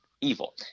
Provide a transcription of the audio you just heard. evil